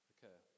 Okay